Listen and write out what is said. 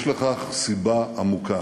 יש לכך סיבה עמוקה: